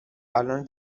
الان